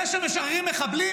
זה שמשחררים מחבלים,